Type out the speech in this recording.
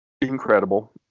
incredible